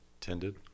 Tended